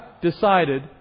decided